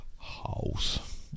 House